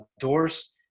doors